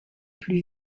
plus